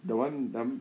the one dum~